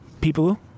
people